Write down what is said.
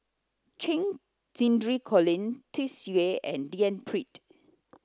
Cheng Xinru Colin Tsung Yeh and D N Pritt